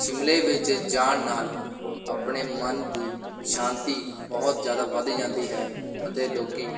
ਸ਼ਿਮਲੇ ਵਿੱਚ ਜਾਣ ਨਾਲ ਆਪਣੇ ਮਨ ਦੀ ਸ਼ਾਂਤੀ ਬਹੁਤ ਜ਼ਿਆਦਾ ਵੱਧ ਜਾਂਦੀ ਹੈ ਅਤੇ ਲੋਕ